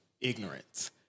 ignorance